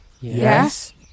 Yes